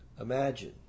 Imagine